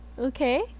Okay